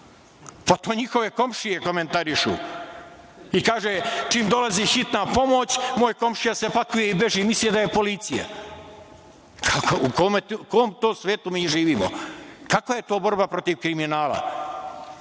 Pa, to njihove komšije komentarišu i kaže – čim dolazi hitna pomoć, moj komšija se pakuje i beži, misli da je policija. U kom to svetu mi živimo? Kakva je to borba protiv kriminala? Jedna